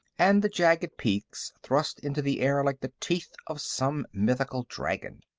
and the jagged peaks thrust into the air like the teeth of some mythical dragon.